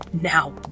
now